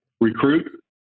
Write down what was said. Recruit